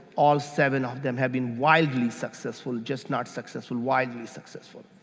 all seven of them have been wildly successful, just not successful, wildly successful.